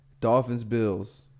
Dolphins-Bills